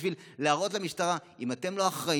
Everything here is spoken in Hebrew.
בשביל להראות למשטרה: אם אתם לא אחראים,